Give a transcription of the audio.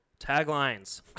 Taglines